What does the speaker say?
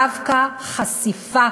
דווקא חשיפה